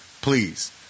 Please